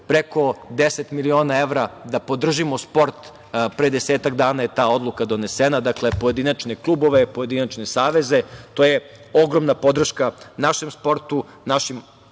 preko 10 miliona evra da podržimo sport i pre desetak dana je ta odluka doneta, dakle za pojedinačne klubove, pojedinačne saveze, to je ogromna podrška našem sportu, našim